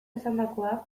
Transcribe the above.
esandakoak